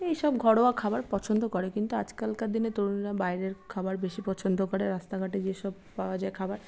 এই সব ঘরোয়া খাওয়ার পছন্দ করে কিন্তু আজকালকার দিনের তরুণীরা বাইরের খাওয়ার বেশি পছন্দ করে রাস্তা ঘাটে যেসব পাওয়া যায় খাবার